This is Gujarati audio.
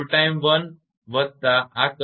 1111 વત્તા આ કરંટ 0